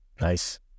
Nice